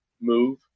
move